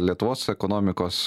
lietuvos ekonomikos